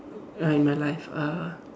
uh in my life uh